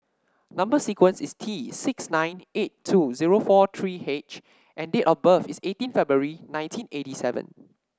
number sequence is T six nine eight two zero four three H and date of birth is eighteen February nineteen eighty seven